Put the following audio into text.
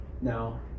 Now